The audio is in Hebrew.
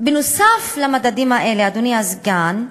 נוסף על מדדים אלה, אדוני הסגן,